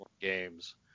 Games